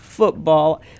Football